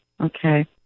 Okay